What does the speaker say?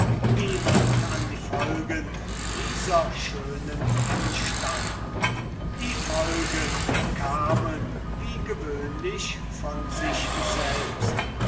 niemand an die folgen dieser schönen anstalten die folgen kamen wie gewöhnlich von sich selbst